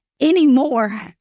anymore